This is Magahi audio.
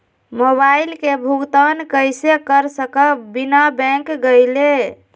मोबाईल के भुगतान कईसे कर सकब बिना बैंक गईले?